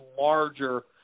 larger